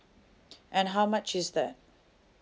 and how much is that